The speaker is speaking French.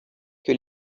que